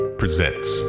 presents